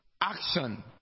action